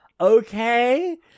okay